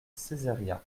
ceyzériat